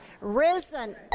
risen